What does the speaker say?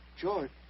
George